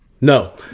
No